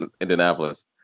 Indianapolis